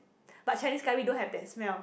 but Chinese curry don't have that smell